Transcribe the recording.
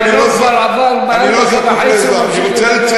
זמנו כבר עבר ויותר מדקה וחצי הוא ממשיך לדבר.